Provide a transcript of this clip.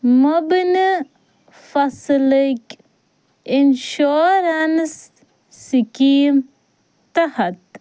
مبنی فصلٕکۍ insurance scheme تحت